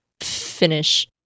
finish